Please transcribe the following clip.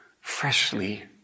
freshly